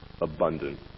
abundant